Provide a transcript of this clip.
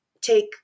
take